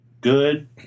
Good